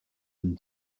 and